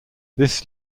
this